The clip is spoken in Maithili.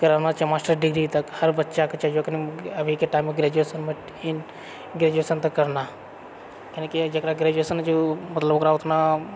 कराना चाही मास्टर डिग्री तक हर बच्चाकेँ चाही अभीके टाइममे ग्रेजुएशनमे ही ग्रेजुएशन तक करना कैलाकि जकरा ग्रेजुएशन रहैत छै ओ मतलब ओकरा उतना